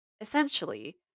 Essentially